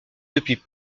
depuis